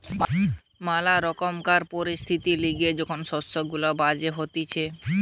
ম্যালা রকমকার পরিস্থিতির লিগে যখন শস্য গুলা বাজে হতিছে